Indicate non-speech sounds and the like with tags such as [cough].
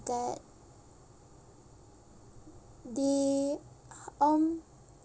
that they [breath] um